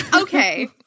Okay